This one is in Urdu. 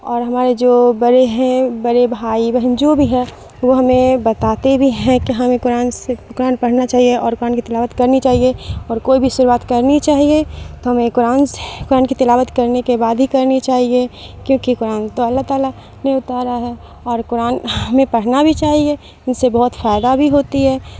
اور ہمارے جو بڑے ہیں بڑے بھائی بہن جو بھی ہے وہ ہمیں بتاتے بھی ہیں کہ ہمیں قرآن سے قرآن پڑھنا چاہیے اور قرآن کی تلاوت کرنی چاہیے اور کوئی بھی شروعات کرنی چاہیے تو ہمیں قرآن سے قرآن کی تلاوت کرنے کے بعد ہی کرنی چاہیے کیونکہ قرآن تو اللہ تعالیٰ نے اتارا ہے اور قرآن ہمیں پڑھنا بھی چاہیے ان سے بہت فائدہ بھی ہوتی ہے